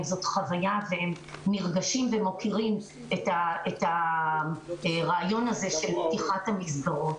זאת חוויה והם נרגשים ומוקירים את הרעיון הזה של פתיחת המסגרות.